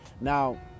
now